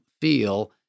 feel